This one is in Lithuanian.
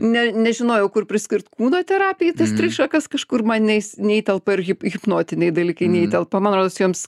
ne nežinojau kur priskirt kūno terapijai tas tris šakas kažkur man jinais neįtelpa ir hip hipnotinėj dalykinėj įtelpa man rodos joms